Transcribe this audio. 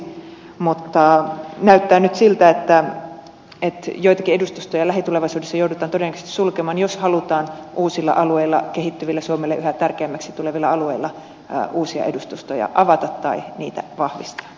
mutta näyttää nyt siltä että joitakin edustustoja lähitulevaisuudessa joudutaan todennäköisesti sulkemaan jos halutaan uusilla alueilla kehittyvillä suomelle yhä tärkeämmiksi tulevilla alueilla uusia edustustoja avata tai niitä vahvistaa